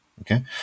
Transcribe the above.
Okay